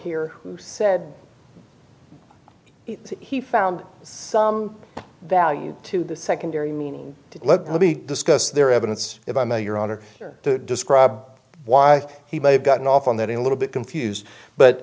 here who said he found some value to the secondary meaning to discuss their evidence if i may your honor to describe why he may have gotten off on that in a little bit confused but